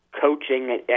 coaching